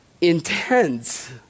intense